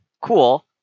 cool